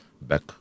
back